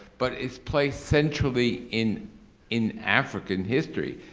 but it's placed centrally in in african history.